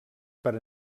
per